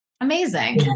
Amazing